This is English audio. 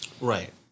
Right